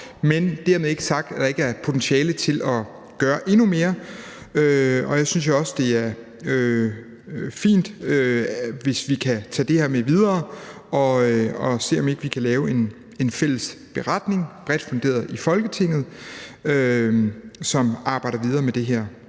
men dermed ikke være sagt, at der ikke er et potentiale for at gøre endnu mere. Jeg synes jo også, det er fint, hvis vi kan tage det her med videre og se, om ikke vi kan lave en fælles beretning bredt funderet i Folketinget, som arbejder videre med det her